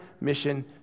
mission